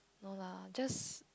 no lah just